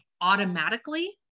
automatically